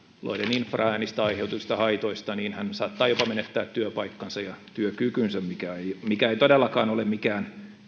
infraäänistä aiheutuvista haitoista niin hän saattaa jopa menettää työpaikkansa ja työkykynsä mikä mikä ei todellakaan ole mikään